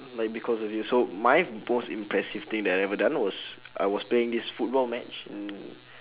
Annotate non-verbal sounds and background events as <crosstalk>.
like because of you so my most impressive thing that I ever done was I was playing this football match in <breath>